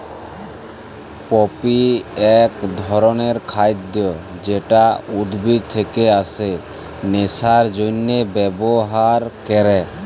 poppy এক ধরণের খাদ্য যেটা উদ্ভিদ থেকে আসে নেশার জন্হে ব্যবহার ক্যরে